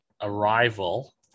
Arrival